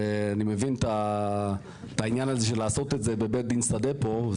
ואני מבין את העניין הזה של לעשות את זה בבית דין שדה פה.